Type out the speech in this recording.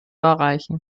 erreichen